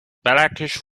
blackish